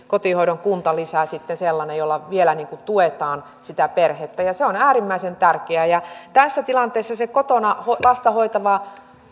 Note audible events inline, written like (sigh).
(unintelligible) kotihoidon kuntalisä sellainen jolla vielä tuetaan perhettä ja se on äärimmäisen tärkeää tässä tilanteessa se kotona lasta hoitava